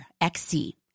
XC